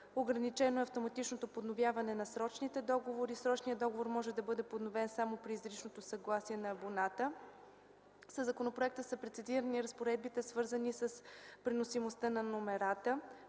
ограничено е автоматичното подновяване на срочните договори. Срочният договор може да бъде подновен само при изричното съгласие на абоната. В законопроекта са прецизирани разпоредбите, свързани с преносимостта на номерата.